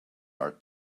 our